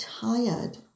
tired